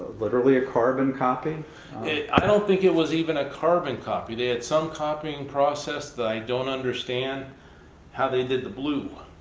literally a carbon copy? pat i don't think it was even a carbon copy. they had some copying process that i don't understand how they did the blue.